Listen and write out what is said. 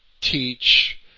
teach